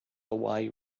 hawaii